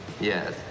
Yes